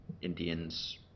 Indians